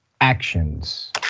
Actions